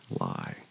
lie